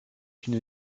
une